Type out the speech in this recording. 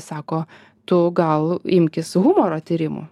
sako tu gal imkis humoro tyrimų